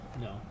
no